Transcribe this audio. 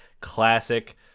classic